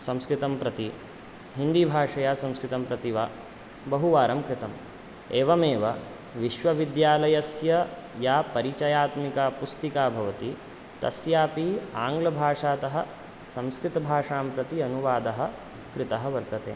संस्कृतं प्रति हिन्दीभाषया संस्कृतं प्रति वा बहुवारं कृतम् एवमेव विश्वविद्यालयस्य या परिचयात्मिका पुस्तिका भवति तस्यापि आङ्ग्लभाषातः संस्कृतभाषां प्रति अनुवादः कृतः वर्तते